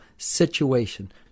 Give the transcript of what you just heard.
situation